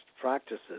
practices